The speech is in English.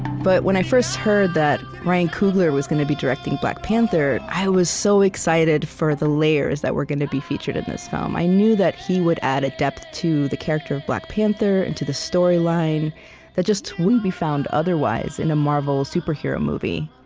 but when i first heard that ryan coogler was going to be directing black panther, i was so excited for the layers that were going to be featured in this film. i knew that he would add a depth to the character of black panther and to the storyline that just wouldn't be found otherwise in a marvel superhero movie.